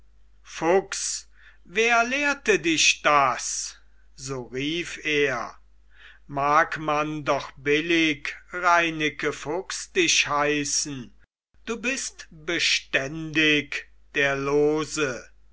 fuchs wer lehrte dich das so rief er mag man doch billig reineke fuchs dich heißen du bist beständig der lose